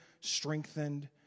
strengthened